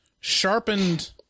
sharpened